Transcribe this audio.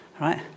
Right